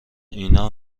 اینا